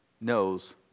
knows